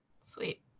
Sweet